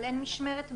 אבל אין משמרת ב'?